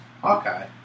Hawkeye